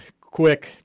Quick